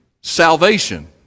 salvation